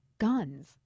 guns